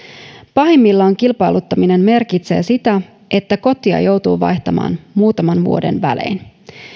pahimmillaan kilpailuttaminen merkitsee sitä että kotia joutuu vaihtamaan muutaman vuoden välein